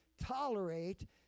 tolerate